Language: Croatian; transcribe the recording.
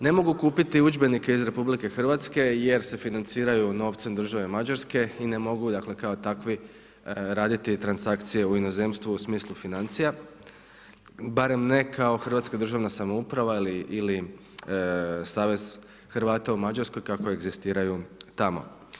Ne mogu kupiti udžbenike iz RH jer se financiraju novcem države Mađarske i ne mogu dakle, kao takvi raditi transakcije u inozemstvu u smislu financija, barem ne kao hrvatska državna samouprava ili savez Hrvata u Mađarskoj kako egzistiraju tamo.